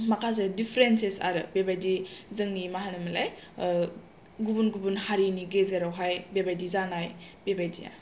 माखासे डिफारेन्टसेस आरो बेबायदि जोंनि मा होनोमोनलाय गुबुन गुबुन हारिनि गेजेरावहाय बेबायदि जानाय बेबायदिया